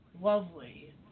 lovely